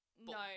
No